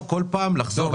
אי אפשר בכל פעם לחזור לאחור.